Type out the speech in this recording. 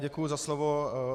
Děkuji za slovo.